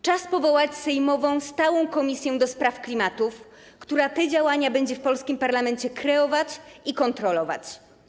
Czas powołać sejmową stałą komisję do spraw klimatu, która te działania będzie w polskim parlamencie kreować i kontrolować.